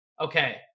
Okay